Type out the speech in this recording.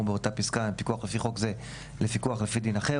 באותה פסקה מפיקוח לפי חוק זה לפיקוח לפי דין אחר,